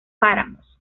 páramos